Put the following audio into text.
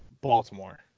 Baltimore